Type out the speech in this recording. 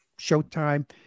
Showtime